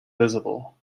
visible